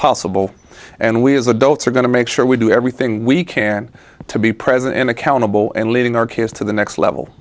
possible and we as adults are going to make sure we do everything we can to be present in accountable and leading our kids to the next level